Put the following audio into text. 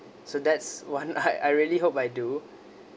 so that's one I I really hope I do